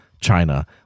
China